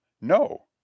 No